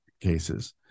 cases